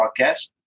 podcast